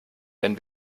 wenn